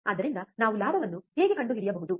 ಆದ್ದರಿಂದ ನಾವು ಲಾಭವನ್ನು ಹೇಗೆ ಕಂಡುಹಿಡಿಯಬಹುದು